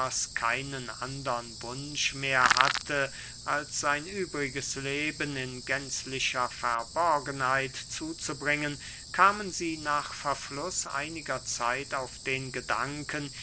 keinen andern wunsch mehr hatte als sein übriges leben in gänzlicher verborgenheit zuzubringen kamen sie nach verfluß einiger zeit auf den gedanken